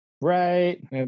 right